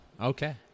Okay